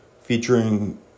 Featuring